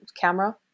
camera